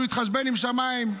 שהוא יתחשבן עם השמיים.